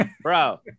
Bro